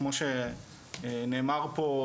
כמו שנאמר פה,